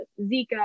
Zika